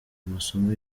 amasomo